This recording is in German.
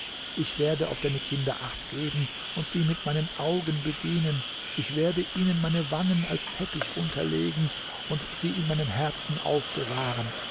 ich werde auf deine kinder achtgeben und sie mit meinen augen bedienen ich werde ihnen meine wangen als teppich unterlegen und sie in meinem herzen aufbewahren